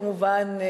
כמובן,